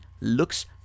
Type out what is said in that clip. Looks